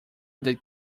that